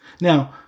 Now